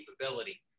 capability